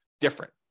different